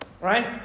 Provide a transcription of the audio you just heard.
right